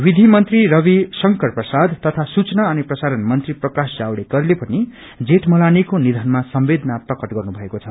विधि मंत्री रवि शंकर प्रसाद तथा सूचना अनि प्रसारण प्रकाश जावडेकरले पनि जेठमलानीको निधनामा संवेदना प्रकट गर्नु भएको छ